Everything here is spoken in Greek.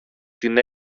την